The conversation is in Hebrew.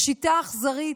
השיטה האכזרית,